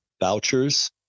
vouchers